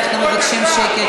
אנחנו מבקשים שקט,